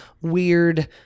weird